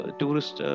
tourist